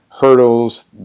hurdles